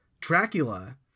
Dracula